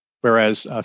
whereas